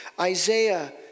Isaiah